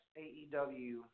AEW